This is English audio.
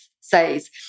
says